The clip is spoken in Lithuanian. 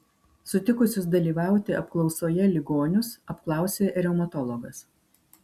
sutikusius dalyvauti apklausoje ligonius apklausė reumatologas